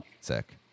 Sick